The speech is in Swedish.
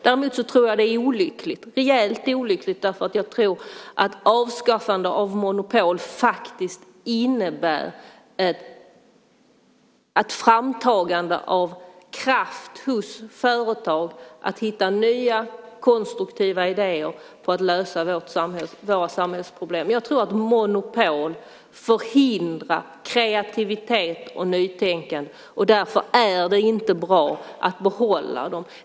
Däremot tror jag att det är rejält olyckligt att inte tro att avskaffande av monopol innebär ett framtagande av kraft hos företag att hitta nya konstruktiva idéer för att lösa våra samhällsproblem. Jag tror att monopol förhindrar kreativitet och nytänkande. Därför är det inte bra att behålla dem.